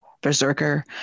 berserker